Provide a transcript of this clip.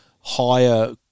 higher